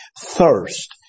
thirst